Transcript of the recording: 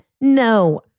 no